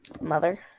mother